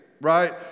right